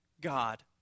God